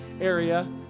area